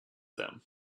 them